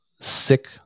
sick